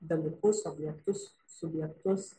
dalykus objektus subjektus